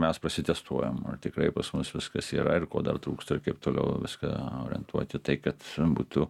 mes prasitestuojam ar tikrai pas mus viskas yra ir ko dar trūksta ir kaip toliau viską orientuoti tai kad būtų